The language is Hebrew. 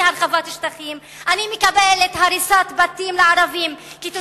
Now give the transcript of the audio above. אני מקבלת הריסת בתים לערבים עקב